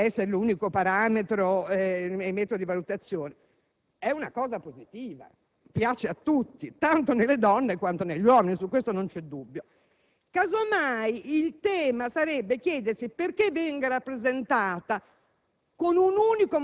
anche se non deve essere l'unico parametro e metro di valutazione, è cosa positiva, piace a tutti, tanto nelle donne quanto negli uomini e su questo non vi è alcun dubbio. Casomai, sarebbe da chiedersi perché sia rappresentata